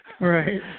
Right